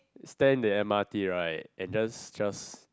stand in the M_R_T right and just just